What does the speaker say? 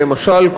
למשל,